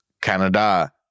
Canada